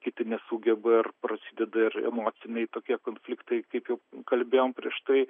kiti nesugeba ir prasideda ir emociniai tokie konfliktai kaip jau kalbėjom prieš tai